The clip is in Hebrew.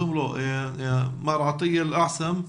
נמצא מר עטיה אלאעסם,